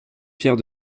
pierre